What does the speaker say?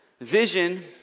Vision